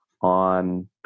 on